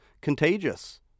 contagious